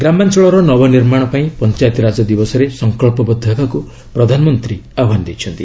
ଗ୍ରାମାଞ୍ଚଳର ନବନିର୍ମାଣ ପାଇଁ ପଞ୍ଚାୟତିରାଜ ଦିବସରେ ସଙ୍କଚ୍ଚବଦ୍ଧ ହେବାକୁ ପ୍ରଧାନମନ୍ତ୍ରୀ ଆହ୍ୱାନ ଦେଇଛନ୍ତି